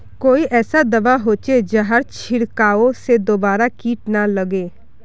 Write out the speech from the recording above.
कोई ऐसा दवा होचे जहार छीरकाओ से दोबारा किट ना लगे?